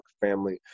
family